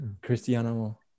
Cristiano